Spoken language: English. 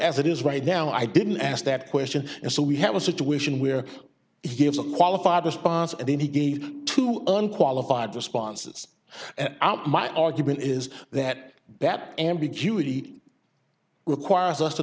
as it is right now i didn't ask that question and so we have a situation where he gives a qualified response and then he gives to unqualified responses my argument is that that ambiguity requires us to